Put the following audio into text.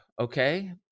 okay